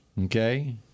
okay